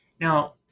Now